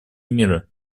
мира